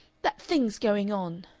that thing's going on,